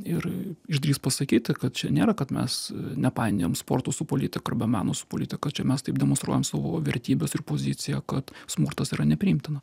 ir išdrįst pasakyti kad čia nėra kad mes nepainiojam sporto su politika arba meno su politika čia mes taip demonstruojam savo vertybes ir poziciją kad smurtas yra nepriimtina